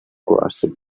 crossed